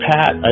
Pat